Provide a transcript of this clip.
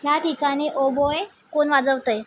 ह्या ठिकाणी ओबोय कोन वाजवतंय